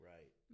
Right